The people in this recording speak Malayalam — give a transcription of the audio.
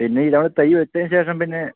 പിന്നെ ഇതാ തൈ വെച്ചതിന് ശേഷം പിന്നെ